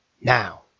now